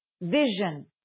vision